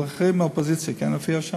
אבל אחרים מהאופוזיציה כן מופיעים שם.